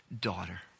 daughter